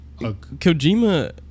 Kojima